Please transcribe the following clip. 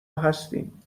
هستیم